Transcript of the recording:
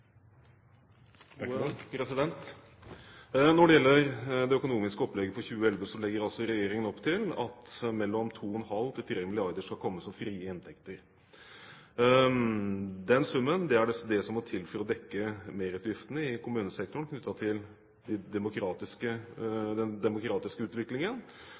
Når det gjelder det økonomiske opplegget for 2011, legger regjeringen opp til at 2,5–3 mrd. kr skal komme som frie inntekter. Den summen er det som må til for å dekke merutgiftene i kommunesektoren knyttet til den demokratiske